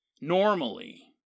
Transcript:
normally